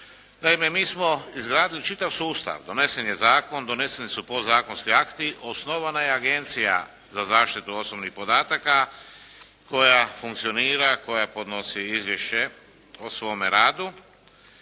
Naime, mi smo izgradili čitav sustav. Donesen je zakon. Doneseni su podzakonski akti. Osnovana je Agencija za zaštitu osobnih podataka koja funkcionira, koja podnosi izvješće o svome radu